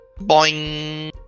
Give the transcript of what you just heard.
Boing